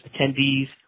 attendees